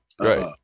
Right